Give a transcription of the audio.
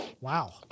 Wow